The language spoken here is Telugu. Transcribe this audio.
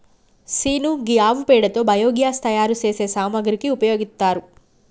సీను గీ ఆవు పేడతో బయోగ్యాస్ తయారు సేసే సామాగ్రికి ఉపయోగిత్తారు